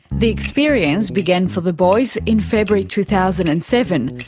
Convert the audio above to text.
the experience began for the boys in february two thousand and seven,